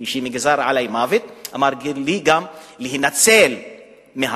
כי כשנגזר עלי מוות אמר לי גם להינצל מהמוות.